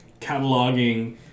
cataloging